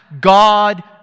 God